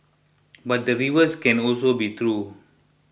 but the reverse can also be true